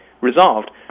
resolved